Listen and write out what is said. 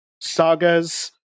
sagas